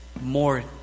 more